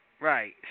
Right